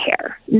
care